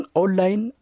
online